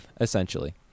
essentially